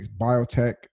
biotech